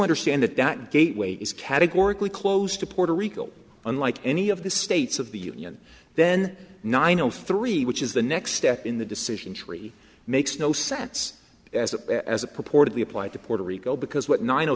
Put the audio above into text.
understand that that gateway is categorically closed to puerto rico unlike any of the states of the union then nine o three which is the next step in the decision tree makes no sense as a as a purportedly applied to puerto rico because what nine